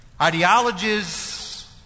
Ideologies